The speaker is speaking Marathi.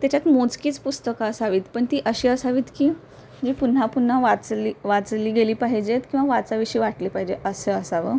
त्याच्यात मोजकीच पुस्तकं असावीत पन ती अशी असावीत की जी पुन्हा पुन्हा वाचली वाचली गेली पाहिजेत किंवा वाचाविषयी वाटली पाहिजे असं असावं